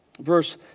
verse